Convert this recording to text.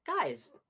guys